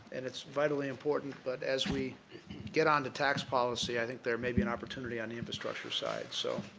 and it's vitally important, but as we get on to tax policy, i think there maybe an opportunity on the infrastructure side. so,